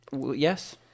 Yes